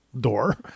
door